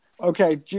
Okay